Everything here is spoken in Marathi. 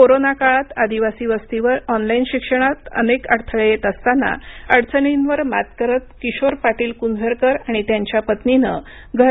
कोरोना काळात आदिवासी वस्तीवर ऑनलाईन शिक्षणात अनेक अडथळे येत असताना अडचणींवर मात करत किशोर पाटील कुंझरकर आणि त्यांच्या पत्नीनं घर